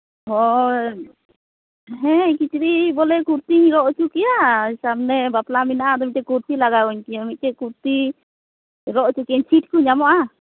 ᱚᱻ ᱦᱮᱸ ᱠᱤᱪᱨᱤᱪ ᱵᱚᱞᱮ ᱠᱩᱨᱛᱤᱧ ᱨᱚᱜ ᱦᱚᱪᱚ ᱠᱮᱭᱟ ᱥᱟᱵ ᱢᱮ ᱵᱟᱯᱞᱟ ᱢᱮᱱᱟᱜᱼᱟ ᱟᱫᱚ ᱢᱤᱫᱴᱮᱱ ᱠᱩᱨᱛᱤ ᱞᱟᱜᱟᱣᱟᱹᱧ ᱠᱮᱭᱟ ᱢᱤᱫᱴᱮᱱ ᱠᱩᱨᱛᱤ ᱨᱚᱜ ᱦᱚᱪᱚ ᱠᱤᱭᱟᱹᱧ ᱪᱷᱤᱴ ᱠᱚ ᱧᱟᱢᱚᱜᱼᱟ